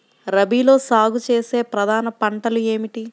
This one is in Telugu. రబీలో సాగు చేసే ప్రధాన పంటలు ఏమిటి?